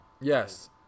Yes